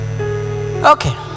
okay